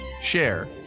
share